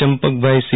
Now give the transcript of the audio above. Champakbhai C